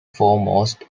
foremost